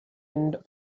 and